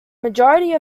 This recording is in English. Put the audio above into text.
majority